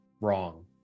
wrong